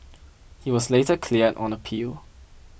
he was later cleared on appeal